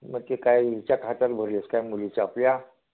मग ते काय हिच्या खात्यात भरले आहेस काय मुलीचा आपल्या